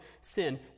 sin